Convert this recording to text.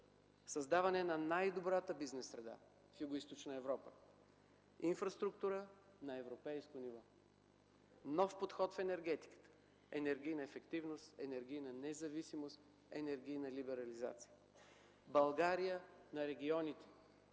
Създаване на най-добрата бизнес среда в Югоизточна Европа. - Инфраструктура на европейско ниво. - Нов подход в енергетиката – енергийна ефективност, енергийна независимост, енергийна либерализация. - България на регионите.